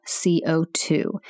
CO2